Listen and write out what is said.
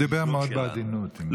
הוא דיבר מאוד בעדינות.